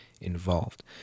involved